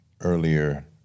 earlier